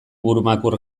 burumakur